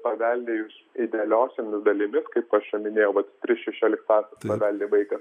paveldėjus idealiosiomis dalimis kaip aš čia minėjau vat tris šešioliktąsias paveldi vaikas